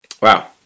Wow